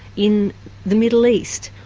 in the middle east?